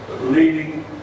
leading